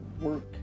work